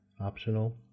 optional